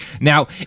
Now